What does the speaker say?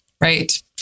Right